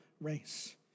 race